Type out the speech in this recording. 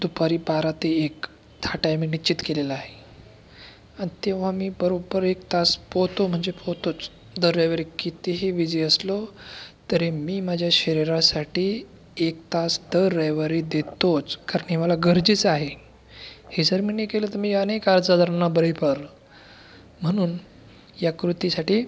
दुपारी बारा ते एक हा टायमिंग निश्चित केलेला आहे आणि तेव्हा मी बरोब्बर एक तास पोहतो म्हणजे पोहतोच दर रविवारी कितीही बिझी असलो तरी मी माझ्या शरीरासाठी एक तास दर रविवारी देतोच कारण हे मला गरजेचं आहे हे जर मी नाही केलं तर मी अनेक आज आजारांना बळी म्हणून या कृतीसाठी